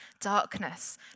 darkness